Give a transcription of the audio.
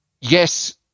yes